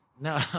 No